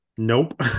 Nope